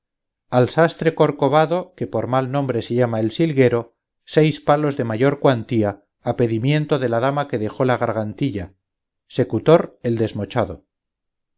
al sastre corcovado que por mal nombre se llama el silguero seis palos de mayor cuantía a pedimiento de la dama que dejó la gargantilla secutor el desmochado